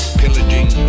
pillaging